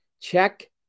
Check